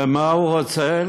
ומה הוא רוצה?